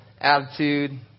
attitude